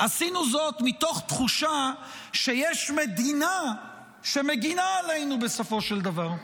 עשינו זאת מתוך תחושה שיש מדינה שמגינה עלינו בסופו של דבר.